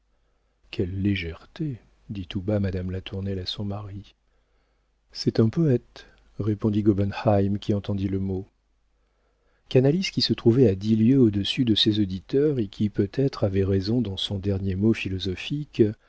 quelle légèreté dit tout bas madame latournelle à son mari c'est un poëte répondit gobenheim qui entendit le mot canalis qui se trouvait à dix lieues au-dessus de ses auditeurs et qui peut-être avait raison dans son dernier mot philosophique